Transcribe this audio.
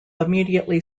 immediately